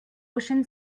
ocean